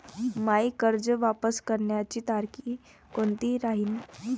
मायी कर्ज वापस करण्याची तारखी कोनती राहीन?